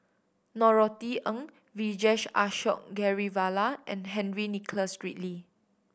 Norothy Ng Vijesh Ashok Ghariwala and Henry Nicholas Ridley